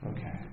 Okay